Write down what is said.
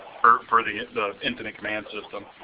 for for the the incident command system.